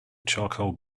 charcoal